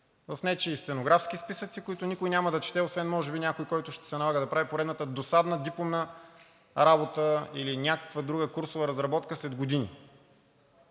в нечии стенографски списъци, които никой няма да чете, освен може би някой, който ще се налага да прави поредната досадна дипломна работа или някаква друга курсова разработка след години,